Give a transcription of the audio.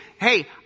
hey